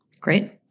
Great